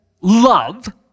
love